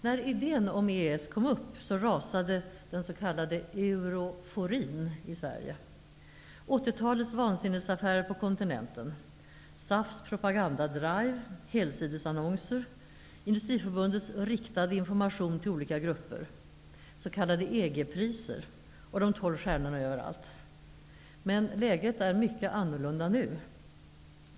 När idén om EES kom upp rasade den s.k. euroforin i Sverige: 80-talets vansinnesaffärer på kontinenten, SAF:s propagandadrive, helsidesannonser, Industriförbundets riktade information till olika grupper, s.k. EG-priser och de tolv stjärnorna överallt. Läget är annorlunda nu.